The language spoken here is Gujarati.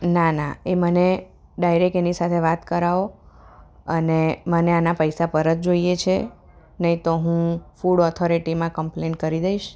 ના ના એ મને ડાઇરેક્ટ એની સાથે વાત કરાવો અને મને આના પૈસા પરત જોઈએ છે નહીં તો હું ફૂડ ઓથોરિટીમાં કમ્પ્લેઇન કરી દઇશ